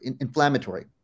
inflammatory